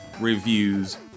Reviews